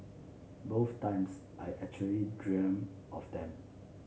both times I actually dreamed of them